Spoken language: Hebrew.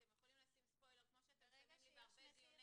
אתם יכולים לשים ספוילר כמו שאתם שמים בהרבה דיוני